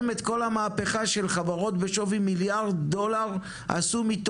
חברות בשווי מיליארד דולר מירוחם שחלק